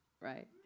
right